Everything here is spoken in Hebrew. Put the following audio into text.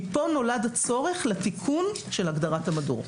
מכאן נולד הצורך לתיקון של הגדרת המדור.